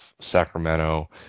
Sacramento